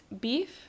beef